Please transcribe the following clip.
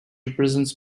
represents